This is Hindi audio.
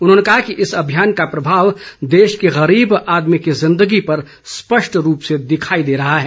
उन्होंने कहा कि इस अभियान का प्रभाव देश के गरीब आदमी की जिंदगी पर स्पष्ट रूप से दिखाई दे रहा है